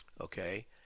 okay